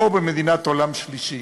כמו במדינת עולם שלישי.